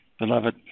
beloved